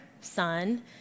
Son